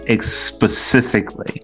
specifically